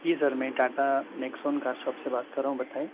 جی sir میں Tata Nexon car shop سے بات کر رہا ہوں بتائیں